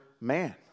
man